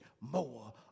more